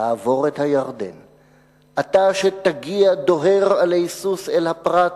תעבור את הירדן./ אתה, שתגיע דוהר עלי סוס אל הפרת